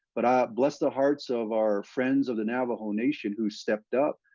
but bless the hearts of our friends of the navajo nation, who stepped up,